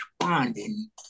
responding